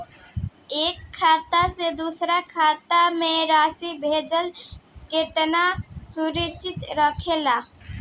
एक खाता से दूसर खाता में राशि भेजल केतना सुरक्षित रहेला?